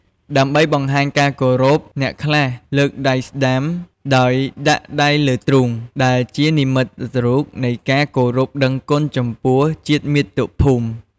ដើម្បីបង្ហាញការគោរព អ្នកខ្លះលើកដៃស្តាំដោយដាក់ដៃលើទ្រូង ដែលជានិមិត្តរូបនៃការគោរពដឹងគុណចំពោះជាតិមាតុភូមិ។